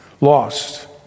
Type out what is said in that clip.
lost